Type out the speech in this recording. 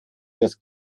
das